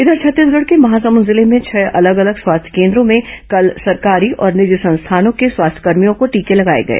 इधर छत्तीसगढ़ के महासग्रंद जिले में छह अलग अलग स्वास्थ्य केन्द्रो में कल सरकारी और निजी संस्थानों के स्वास्थ्यकर्मियों को टीके लगाए गए